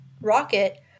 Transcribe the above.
rocket